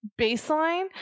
baseline